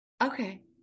Okay